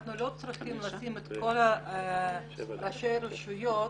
אנחנו לא צריכים לשים את כל ראשי הרשויות